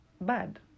bad